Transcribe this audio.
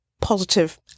positive